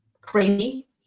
crazy